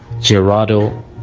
Gerardo